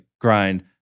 grind